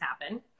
happen